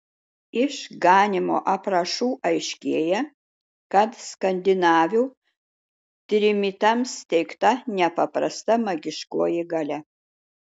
iš ganymo aprašų aiškėja kad skandinavių trimitams teikta nepaprasta magiškoji galia